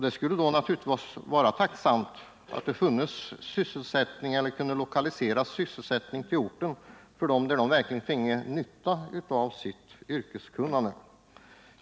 Det skulle då naturligtvis vara tacksamt om det kunde lokaliseras sysselsättning till orten där de verkligen kunde få nytta av sitt yrkeskunnande.